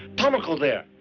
tomoko there,